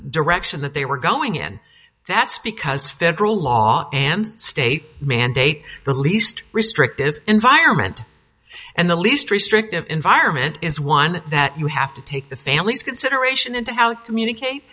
direction that they were going in that's because federal law and state mandate the least restrictive environment and the least restrictive environment is one that you have to take the families consideration into how communi